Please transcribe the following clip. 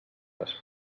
les